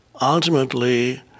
ultimately